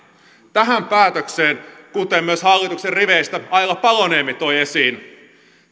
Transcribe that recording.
tähän päätökseen kuten myös hallituksen riveistä aila paloniemi toi esiin